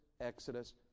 Exodus